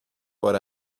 what